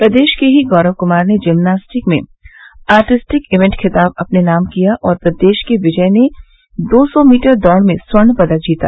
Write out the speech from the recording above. प्रदेश के ही गौरव कुमार ने जिमनास्टिक में आर्टिस्टिक इयेन्ट खिताब अपने नाम किया और प्रदेश के विजय ने दो सौ मीटर दौड़ में स्वर्ण पदक जीता